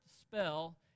spell